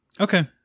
Okay